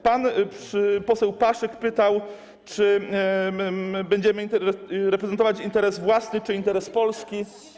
Pan poseł Paszyk zapytał, czy będziemy reprezentować interes własny, czy interes Polski.